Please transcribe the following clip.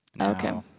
Okay